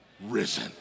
risen